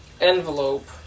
envelope